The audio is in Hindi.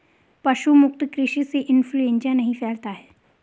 पशु मुक्त कृषि से इंफ्लूएंजा नहीं फैलता है